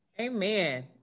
Amen